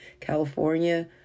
California